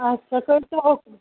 اَچھا کٔرۍتو حُکُم